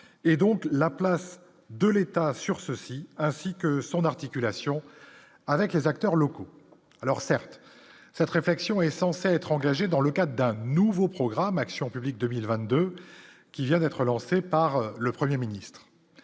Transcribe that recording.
et donc la place de l'État sur ceux-ci, ainsi que son articulation avec les acteurs locaux, alors certes, cette réflexion est censé être engagée dans le cadre d'un nouveau programme Action publique 2022, qui vient d'être lancé par le 1er ministre.